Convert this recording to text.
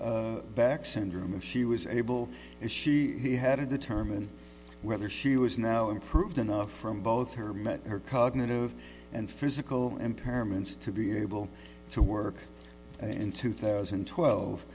back syndrome and she was able as she he had to determine whether she was now improved enough from both her met her cognitive and physical impairments to be able to work in two thousand and twelve